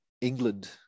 england